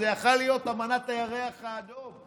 הוא יכול היה להיות: אמנת הירח האדום.